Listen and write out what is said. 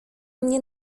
mnie